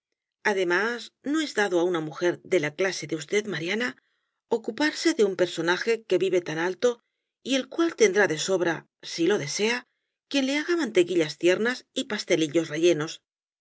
además no es dado á una mujer de la clase de usted mariana ocuparse de un personaje que vive tan alto y el cual tendrá de sobra si lo desea quien le haga mantequillas tiernas y pastelillos rellenos